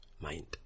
Mind